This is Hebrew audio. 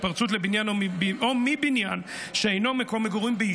התפרצות לבניין או מבניין שאינו מקום מגורים או תפילה,